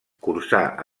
cursà